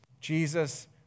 Jesus